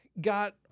got